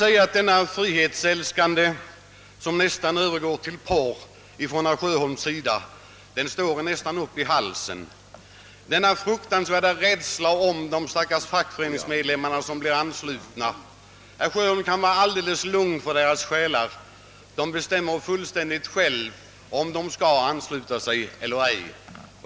Denna herr Sjöholms frihetskärlek — som nästan övergår till porr — denna fruktansvärda omsorg om de stackars fackföreningsmedlemmar som blir kollektivanslutna står en nästan upp i halsen. Herr Sjöholm kan vara alldeles lugn för deras själar. De bestämmer helt och hållet själva, om de skall ansluta sig eller ej.